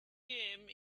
came